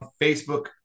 Facebook